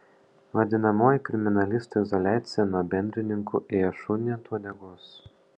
vadinamoji kriminalistų izoliacija nuo bendrininkų ėjo šuniui ant uodegos